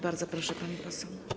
Bardzo proszę, pani poseł.